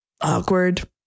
awkward